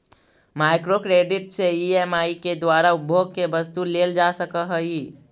micro credit से EMI के द्वारा उपभोग के वस्तु लेल जा सकऽ हई